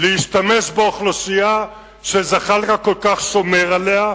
להשתמש באוכלוסייה שזחאלקה כל כך שומר עליה,